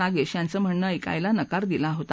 नागेश यांचं म्हणणं ऐकण्यास नकार दिला होता